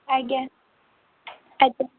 ଆଜ୍ଞା ଆଜ୍ଞା